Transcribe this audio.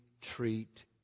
treat